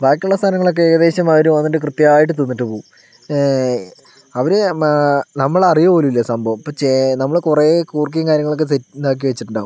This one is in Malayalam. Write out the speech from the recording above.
ബാക്കിയുള്ള സാധനങ്ങളൊക്കെ ഏകദേശം അവര് വന്നിട്ട് കൃത്യമായിട്ട് തിന്നിട്ട് പോകും അവര് നമ്മൾ അറിയ പോലുമില്ല സംഭവം ഇപ്പൊൾ ചേന നമ്മള് കുറേ കൂർക്കയും കാര്യങ്ങളൊക്കെ ആക്കി വെച്ചിട്ടുണ്ടാകും